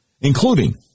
including